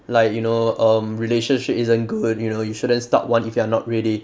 like you know um relationship isn't good you know you shouldn't start one if you are not ready